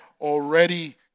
already